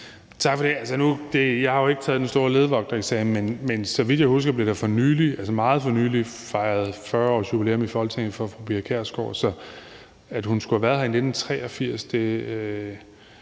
Tak for det. Jeg har jo ikke taget den store ledvogtereksamen, men så vidt jeg husker, blev der for nylig, altså meget for nylig, fejret 40-årsjubilæum i Folketinget for fru Pia Kjærsgaard, så at hun skulle have været her i 1983,